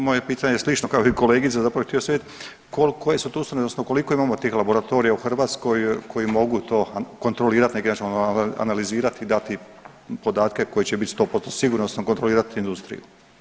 Moje pitanje je slično kao i kolegica, zapravo htio sam vidjeti koje su tu ustanove odnosno koliko imamo tih laboratorija u Hrvatskoj koji mogu to kontrolirati na neki način analizirati i dati podatke koji će biti 100% sigurni odnosno kontrolirati industriju.